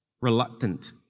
reluctant